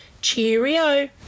cheerio